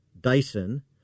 Dyson